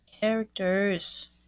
characters